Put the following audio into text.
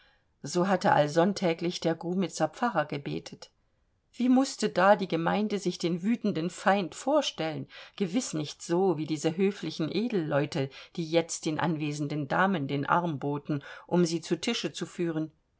so hatte allsonntäglich der grumitzer pfarrer gebetet wie mußte da die gemeinde sich den wütenden feind vorstellen gewiß nicht so wie diese höflichen edelleute die jetzt den anwesenden damen den arm boten um sie zu tische zu führen